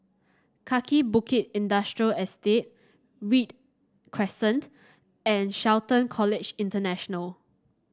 Kaki Bukit Industrial Estate Read Crescent and Shelton College International